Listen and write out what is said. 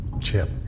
Chip